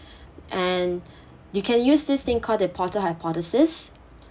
and you can use this thing called the portal hypothesis